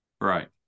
Right